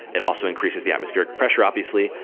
it also increases the atmosphere pressure obviously.